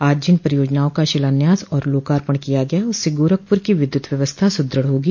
आज जिन परियोजनाओं का शिलान्यास और लोकर्पण किया गया उससे गोरखपुर की विद्युत व्यवस्था सुदृढ़ होगी